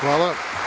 Hvala.